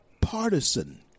partisan